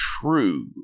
true